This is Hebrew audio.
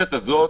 למערכת הזאת